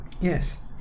Yes